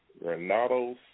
Renato's